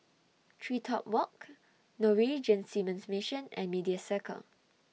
TreeTop Walk Norwegian Seamen's Mission and Media Circle